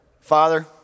Father